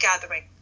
gathering